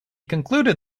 concluded